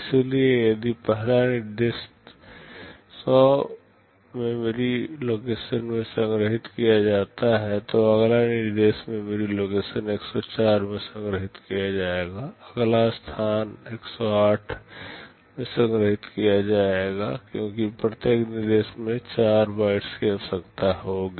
इसलिए यदि पहला निर्देश 100 मेमोरी लोकेशन में संग्रहीत किया जाता है तो अगला निर्देश मेमोरी लोकेशन 104 में संग्रहीत किया जाएगा अगला स्थान स्थान 108 में संग्रहीत किया जाएगा क्योंकि प्रत्येक निर्देश में 4 बाइट्स की आवश्यकता होगी